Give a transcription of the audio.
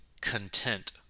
content